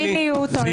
הציניות הולמת אותך...